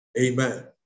Amen